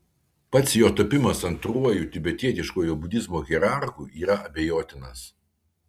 pats jo tapimas antruoju tibetietiškojo budizmo hierarchu yra abejotinas